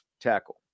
tackle